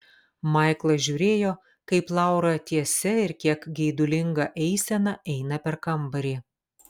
maiklas žiūrėjo kaip laura tiesia ir kiek geidulinga eisena eina per kambarį